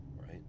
right